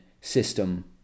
system